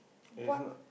and it's not